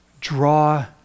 Draw